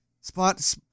Spot